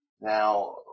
Now